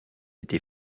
été